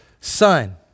son